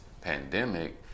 pandemic